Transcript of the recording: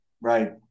Right